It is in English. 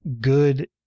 good